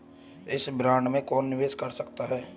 इस बॉन्ड में कौन निवेश कर सकता है?